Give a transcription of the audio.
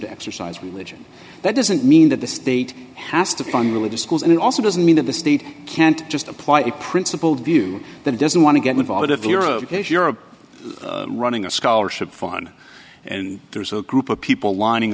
to exercise we legion that doesn't mean that the state has to fund religious schools and it also doesn't mean that the state can't just apply a principled view that it doesn't want to get involved if europe is europe running a scholarship fund and there's a group of people lining